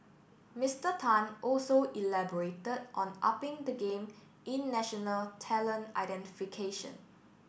Mister Tan also elaborated on upping the game in national talent identification